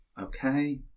Okay